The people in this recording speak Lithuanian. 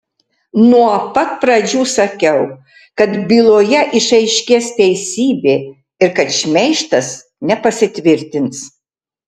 nuo pat pradžių sakiau kad byloje išaiškės teisybė ir kad šmeižtas nepasitvirtins